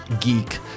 geek